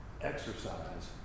exercise